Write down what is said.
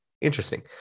Interesting